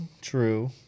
True